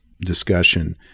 discussion